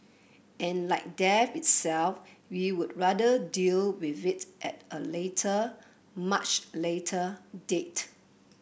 and like death itself we would rather deal with it at a later much later date